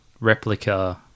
replica